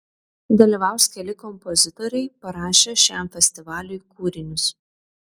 dalyvaus keli kompozitoriai parašę šiam festivaliui kūrinius